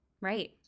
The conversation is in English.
right